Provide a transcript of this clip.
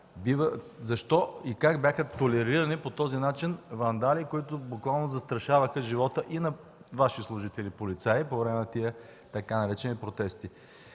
защо и как бяха толерирани по този начин вандали, които буквално застрашаваха живота и на Ваши служители по време на тези, тъй наречени „протести”.